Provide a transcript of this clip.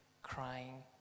crying